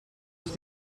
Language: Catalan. els